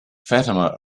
fatima